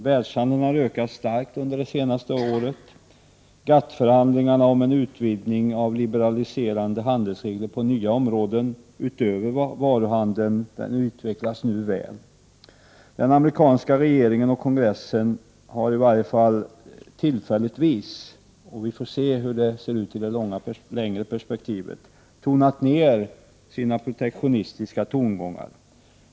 Världshandeln har ökat starkt under det senaste året. GATT-förhandlingarna om en utvidgning av liberaliserande handelsregler på nya områden utöver varuhandelns område utvecklas nu väl. Den amerikanska regeringen och kongressen har i varje fall tillfälligtvis — vi får se hur det ser ut i ett längre perspektiv — tonat ner sina protektionistiska tongångar.